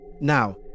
now